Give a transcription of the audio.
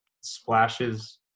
splashes